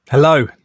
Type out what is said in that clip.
Hello